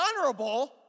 honorable